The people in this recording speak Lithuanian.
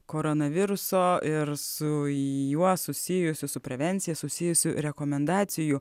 koronaviruso ir su juo susijusių su prevencija susijusių rekomendacijų